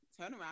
turnaround